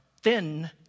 thin